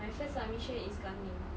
my first submission is coming